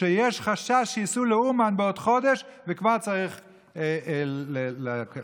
שיש חשש שייסעו לאומן בעוד חודש וכבר צריך לעכב את זה.